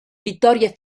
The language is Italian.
vittoria